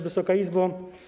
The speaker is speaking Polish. Wysoka Izbo!